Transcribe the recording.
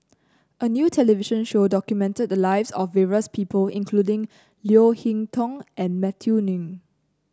a new television show documented the lives of various people including Leo Hee Tong and Matthew Ngui